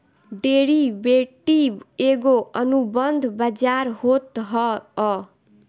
derivative एगो अनुबंध बाजार होत हअ